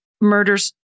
murders